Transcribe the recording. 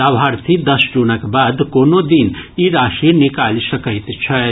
लाभार्थी दस जूनक बाद कोनो दिन ई राशि निकालि सकैत छथि